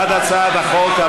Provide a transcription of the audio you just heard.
בעד הצעת החוק,